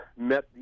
met